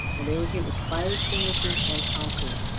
and they were hit with fire so axing wishes and concrete.